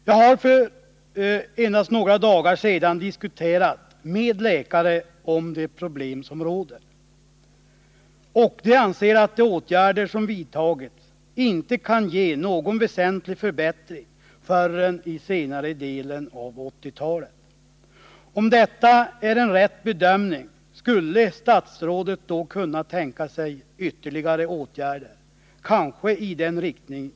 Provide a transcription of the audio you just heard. Jag har för endast några dagar sedan diskuterat problemet med läkare. De anser att de åtgärder som har vidtagits inte kan ge någon väsentlig förbättring förrän under senare delen av 1980-talet. Om detta är en riktig bedömning vill jag fråga om statsrådet skulle kunna tänka sig ytterligare åtgärder — kanske av det slag som jag antydde.